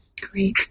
Great